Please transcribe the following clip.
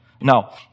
Now